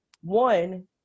one